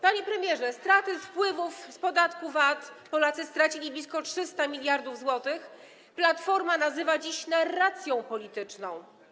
Panie premierze, straty z wpływów z podatku VAT - Polacy stracili blisko 300 mld zł - Platforma nazywa dziś narracją polityczną.